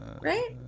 right